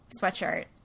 sweatshirt